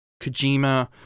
Kojima